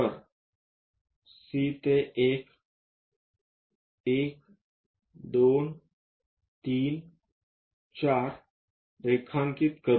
तर C ते 1 1 2 3 4 रेखांकित करू